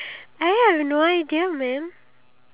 me the jumping